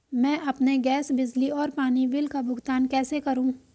मैं अपने गैस, बिजली और पानी बिल का भुगतान कैसे करूँ?